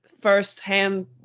first-hand